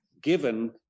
given